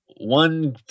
one